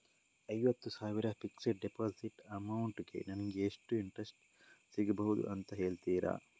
ಐವತ್ತು ಸಾವಿರ fixed deposit amount ಗೆ ನಂಗೆ ಎಷ್ಟು ಇಂಟ್ರೆಸ್ಟ್ ಸಿಗ್ಬಹುದು ಅಂತ ಹೇಳ್ತೀರಾ?